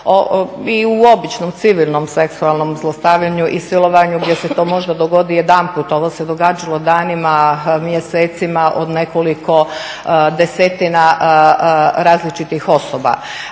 I u običnom civilnom seksualnom zlostavljanju i silovanju gdje se to možda dogodi jedanput, ovo se događalo danima, mjesecima od nekoliko desetina različitih osoba.